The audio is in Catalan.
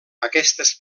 aquestes